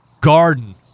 garden